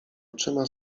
oczyma